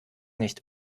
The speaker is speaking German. nicht